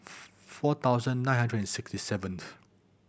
four thousand nine hundred and sixty seventh